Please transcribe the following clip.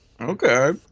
Okay